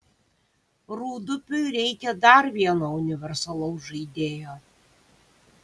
rūdupiui reikia dar vieno universalaus žaidėjo